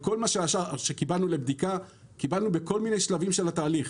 קיבלנו לבדיקה כל מיני שלבים של תהליך,